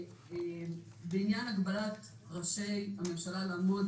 בעניין הגבלת ראשי הממשלה לעמוד